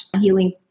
healing